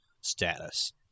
status